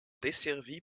desservie